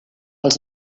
els